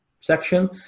section